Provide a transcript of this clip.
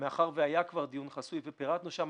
שהיה כבר דיון חסוי ופירטנו שם,